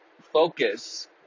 focus